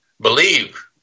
believe